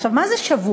עכשיו, מה זה שבוע?